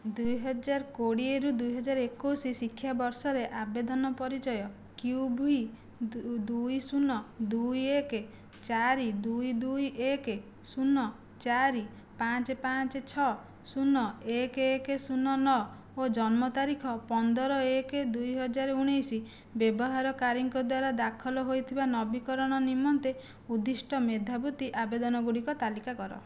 ଦୁଇହଜାର କୋଡ଼ିଏରୁ ଦୁଇହଜାର ଏକୋଇଶ ଶିକ୍ଷାବର୍ଷରେ ଆବେଦନ ପରିଚୟ କ୍ୟୁ ଭି ଦୁଇ ଶୂନ ଦୁଇ ଏକ ଚାରି ଦୁଇ ଦୁଇ ଏକ ଶୂନ ଚାରି ପାଞ୍ଚ ପାଞ୍ଚ ଛଅ ଶୂନ ଏକ ଏକ ଶୂନ ନଅ ଓ ଜନ୍ମତାରିଖ ପନ୍ଦର ଏକ ଦୁଇହଜାର ଉଣେଇଶ ବ୍ୟବହାରକାରୀଙ୍କ ଦ୍ଵାରା ଦାଖଲ ହୋଇଥିବା ନବୀକରଣ ନିମନ୍ତେ ଉଦ୍ଦିଷ୍ଟ ମେଧାବୃତ୍ତି ଆବେଦନ ଗୁଡ଼ିକର ତାଲିକା କର